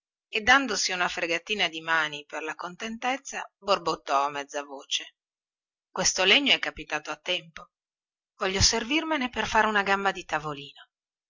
e dandosi una fregatina di mani per la contentezza borbottò a mezza voce questo legno è capitato a tempo voglio servirmene per fare una gamba di tavolino